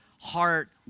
heart